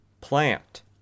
plant